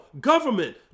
government